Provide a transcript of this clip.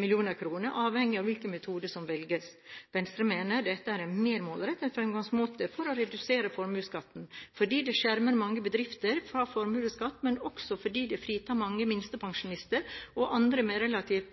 mill. kr, avhengig av hvilken modell som velges. Venstre mener dette er en mer målrettet fremgangsmåte for å redusere formuesskatten, fordi den skjermer mange bedrifter fra formuesskatt, men også fordi det fritar mange minstepensjonister og andre med relativt